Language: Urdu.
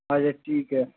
اچھا ٹھیک ہے